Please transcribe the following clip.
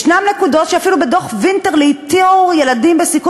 יש נקודות שאפילו בדוח וינטר לאיתור ילדים בסיכון